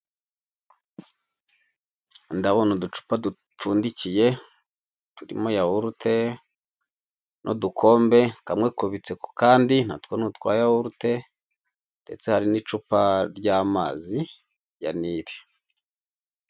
Ndabona uducupa dupfundikiye turimo yawurute n'udukombe kamwe kubitse ku kandi natwo ni utwayawurute ndetse hari n'icupa ry'amazi ya nire.